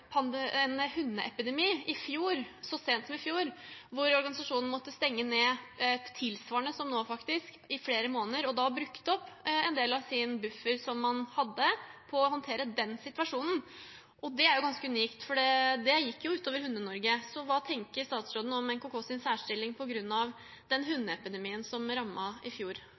organisasjonen måtte stenge ned tilsvarende som nå i flere måneder og da brukte opp en del av sin buffer til å håndtere den situasjonen. Det er ganske unikt, for det gikk ut over Hunde-Norge. Hva tenker statsråden om NKKs særstilling på grunn av den hundeepidemien som rammet i fjor?